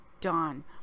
dawn